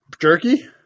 Jerky